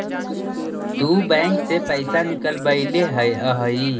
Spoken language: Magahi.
तु बैंक से पइसा निकलबएले अइअहिं